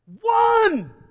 One